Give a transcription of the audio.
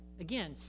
Again